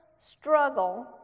struggle